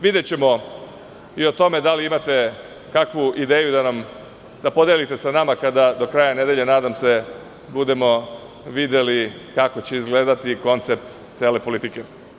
Videćemo i o tome da li imate kakvu ideju da podelite sa nama kada do kraja nedelje nadam se budemo videli kako će izgledati koncept cele politike.